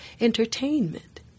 entertainment